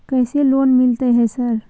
कैसे लोन मिलते है सर?